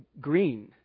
green